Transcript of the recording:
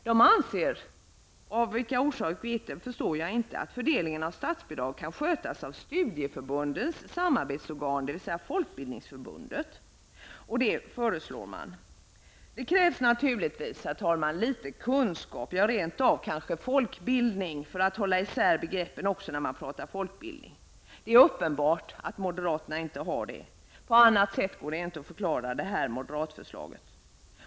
De anser -- av vilken orsak förstår jag inte -- att fördelning av statsbidrag kan skötas av studieförbundens samarbetsorgan, dvs. Folkbildningsförbundet. Det krävs naturligtvis litet kunskap -- ja, rent av folkbildning -- för att hålla isär begreppen, också när man pratar om folkbildning. Det är uppenbart att moderaterna inte har det. På annat sätt går det inte att förklara det här moderata förslaget.